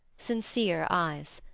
sincere eyes.